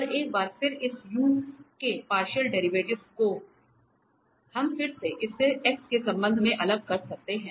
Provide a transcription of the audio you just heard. और एक बार फिर इस u के पार्शियल डेरिवेटिव को हम फिर से इससे x के संबंध में अलग कर सकते हैं